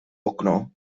okno